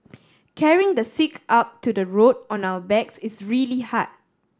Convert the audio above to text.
carrying the sick up to the road on our backs is really hard